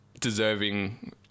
deserving